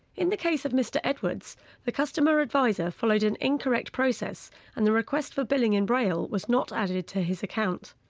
in the case of mr edwards the customer advisor followed an incorrect process and the request for billing in braille was not added to his account.